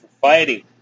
Fighting